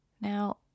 Now